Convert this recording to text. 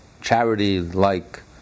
charity-like